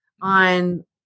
on